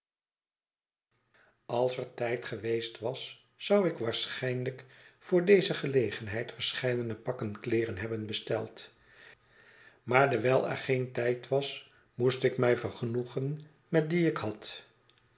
als er tijd geweest was zou ik waarschijnlijk voor deze gelegenheid verscheidene pakken kleeren hebben besteld maar dewijl er geen tijd was moest ik mij vergenoegen met die jk had